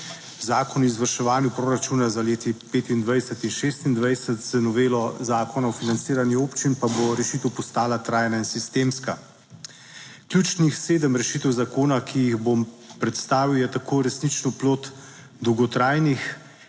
Zakon o izvrševanju proračuna za leti 2025 in 2026, z novelo Zakona o financiranju občin pa bo rešitev postala trajna in sistemska. Ključnih sedem rešitev zakona, ki jih bom predstavil, je tako resnično plod dolgotrajnih